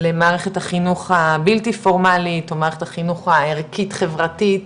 למערכת החינוך הבלתי פורמאלית או מערכת החינוך הערכית חברתית,